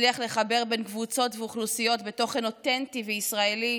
מצליח לחבר בין קבוצות ואוכלוסיות בתוכן אותנטי וישראלי,